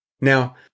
Now